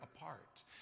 apart